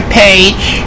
page